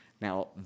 Now